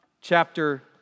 chapter